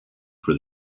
for